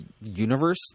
universe